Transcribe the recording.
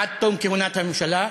עד תום כהונת הממשלה.